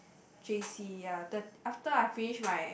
J_C ya the after I finish my